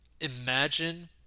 imagine